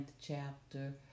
chapter